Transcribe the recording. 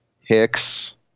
Hicks